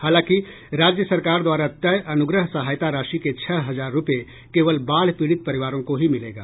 हालांकि राज्य सरकार द्वारा तय अनुग्रह सहायता राशि के छह हजार रूपये केवल बाढ़ पीड़ित परिवारों को ही मिलेगा